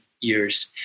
years